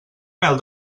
mel